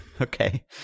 Okay